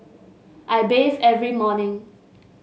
I bathe every morning